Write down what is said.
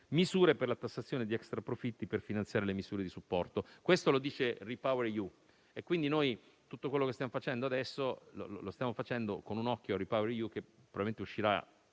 misure per la tassazione di extraprofitti per finanziare le misure di supporto. Questo lo prevede il piano RePower EU, quindi tutto quello che stiamo facendo adesso lo stiamo facendo con un occhio a RePower EU, che probabilmente uscirà